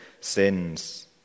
sins